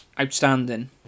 outstanding